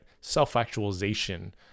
Self-actualization